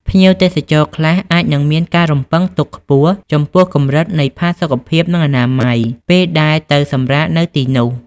ភ្ញៀវទេសចរខ្លះអាចនឹងមានការរំពឹងទុកខ្ពស់ចំពោះកម្រិតនៃផាសុកភាពនិងអនាម័យ ពេលដែលទៅសម្រាកនៅទីនោះ។